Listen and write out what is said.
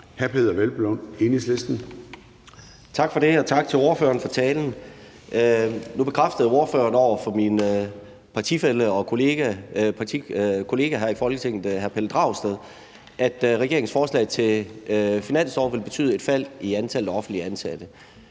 Peder Hvelplund (EL): Tak for det, og tak til ordføreren for talen. Nu bekræftede ordføreren over for min partifælle og kollega her i Folketinget, hr. Pelle Dragsted, at regeringens forslag til finanslov vil betyde et fald i antallet af offentligt ansatte.